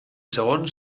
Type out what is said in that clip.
segon